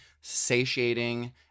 satiating